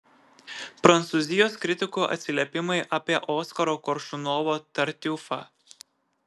prancūzijos kritikų atsiliepimai apie oskaro koršunovo tartiufą